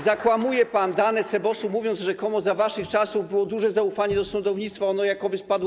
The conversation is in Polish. Zakłamuje pan dane CBOS-u, mówiąc, że rzekomo za waszych czasów było duże zaufanie do sądownictwa, ono jakoby spadło.